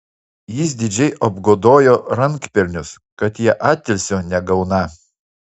jis didžiai apgodojo rankpelnius kad jie atilsio negauną